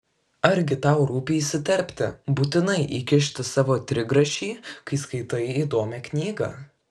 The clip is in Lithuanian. argi tau rūpi įsiterpti būtinai įkišti savo trigrašį kai skaitai įdomią knygą